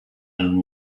and